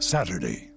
Saturday